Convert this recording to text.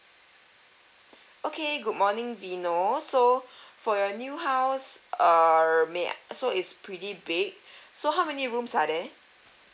okay good morning vinod so for your new house err may so it's pretty big so how many rooms are there